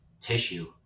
tissue